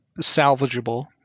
salvageable